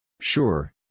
Sure